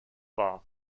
wahr